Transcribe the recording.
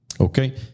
Okay